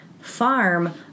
farm